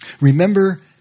Remember